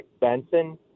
Benson